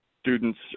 students